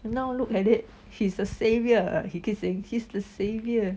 and now look at it he's a saviour he keep saying he's a saviour